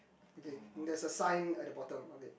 okay there's a sign at the bottom of it